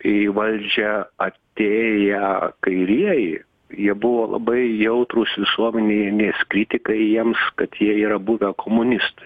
į valdžią atėję kairieji jie buvo labai jautrūs visuomenės kritikai jiems kad jie yra buvę komunistai